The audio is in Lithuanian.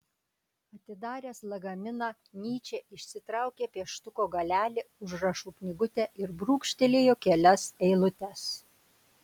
atsidaręs lagaminą nyčė išsitraukė pieštuko galelį užrašų knygutę ir brūkštelėjo kelias eilutes